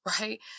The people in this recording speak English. right